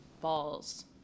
balls